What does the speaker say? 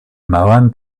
mauern